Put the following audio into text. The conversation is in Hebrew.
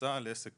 כניסה לעסק